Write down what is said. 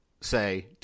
say